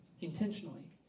intentionally